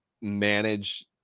manage